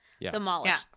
demolished